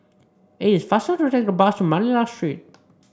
it is faster to take the bus to Manila Street